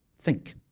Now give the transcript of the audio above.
think